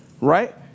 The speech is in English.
Right